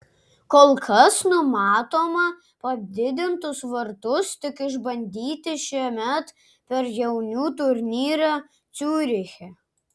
kol kas numatoma padidintus vartus tik išbandyti šiemet per jaunių turnyrą ciuriche